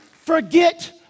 forget